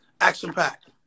action-packed